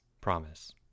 Promise